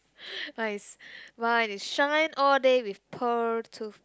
mine is mine is shine all day with pearl tooth